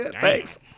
thanks